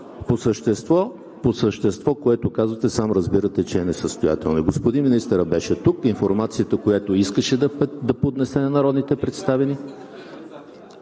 По същество, което казвате, сам разбирате, че е несъстоятелно. Господин министърът беше тук, информацията, която искаше да поднесе на народните представители…